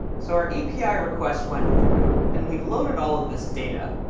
so our api requests went through and we loaded all of this data,